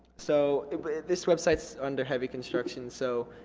so this website's under heavy construction so